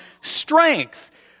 strength